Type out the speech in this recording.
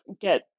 get